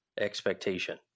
expectation